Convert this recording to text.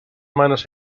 manos